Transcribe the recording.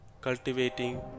cultivating